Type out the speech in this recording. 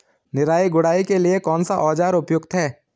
निराई गुड़ाई के लिए कौन सा औज़ार उपयुक्त है?